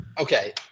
Okay